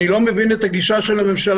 אני לא מבין את הגישה של הממשלה,